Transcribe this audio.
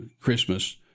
Christmas